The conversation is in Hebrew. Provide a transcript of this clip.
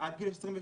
עד גיל 28,